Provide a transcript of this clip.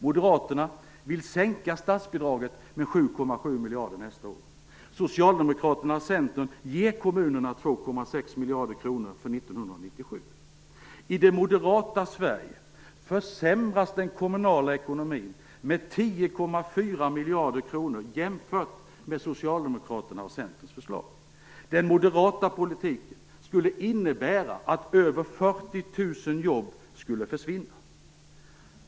Moderaterna vill sänka statsbidraget med 7,7 miljarder nästa år. Socialdemokraterna och Centern ger kommunerna 2,6 miljarder kronor för 1997. I det moderata Sverige försämras den kommunala ekonomin med 10,4 miljarder kronor jämfört med Socialdemokraternas och Centerns förslag. Den moderata politiken skulle innebära att över 40 000 jobb försvann.